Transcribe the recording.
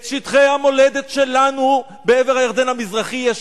את שטחי המולדת שלנו בעבר הירדן המזרחי יש